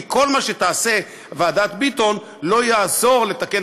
כי כל מה שתעשה ועדת ביטון לא יעזור כדי לתקן